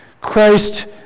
Christ